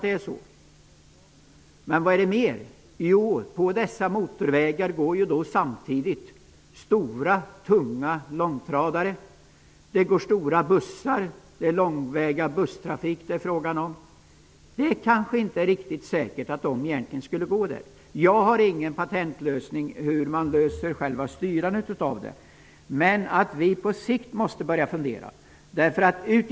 På dessa vägar går tunga långtradare och stora bussar i långväga trafik. Det är kanske inte riktigt säkert att de borde få gå där. Jag har ingen patentlösning på hur man skulle styra detta, men på sikt måste vi börja fundera över denna fråga.